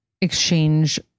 exchange